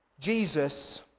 Jesus